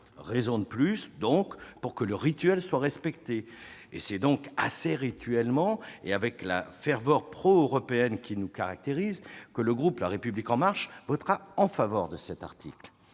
Raison de plus, donc, pour que le rituel soit respecté ! C'est donc assez rituellement et avec la ferveur pro-européenne qui le caractérise que le groupe La République En Marche votera en faveur de cet article.